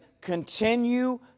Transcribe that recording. continue